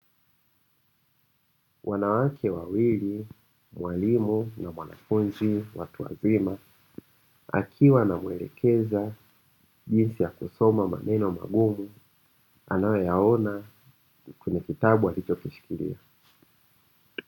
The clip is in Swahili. Wanawake wawili, mwalimu na mwanafunzi watu mzima akiwa anamuelekeza jinsi ya kusoma maneno magumu anayoyaona kwenye kitabu alichokishikilia.